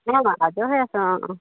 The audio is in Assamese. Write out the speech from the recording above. অঁ আজৰি হৈ আছো অঁ অঁ